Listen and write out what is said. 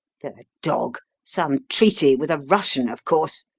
the dog! some treaty with a russian, of course!